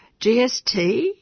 GST